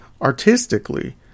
Artistically